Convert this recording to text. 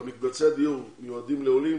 אבל מקבצי דיור המיועדים לעולים,